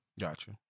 Gotcha